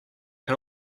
can